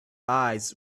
eyes